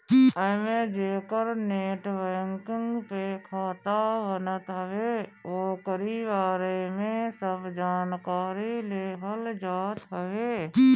एमे जेकर net banking पे खाता बनत हवे ओकरी बारे में सब जानकारी लेहल जात हवे